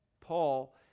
Paul